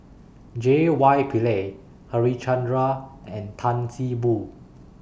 J Y Pillay Harichandra and Tan See Boo